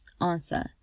answer